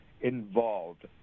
involved